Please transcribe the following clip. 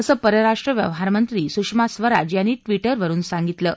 असं परराष्ट्र व्यवहार मंत्री सुषमा स्वराज यांनी ट्विटरवरून सांगितलं आहे